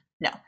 no